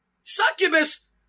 succubus